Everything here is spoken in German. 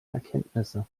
erkenntnisse